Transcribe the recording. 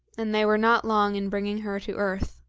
and they were not long in bringing her to earth.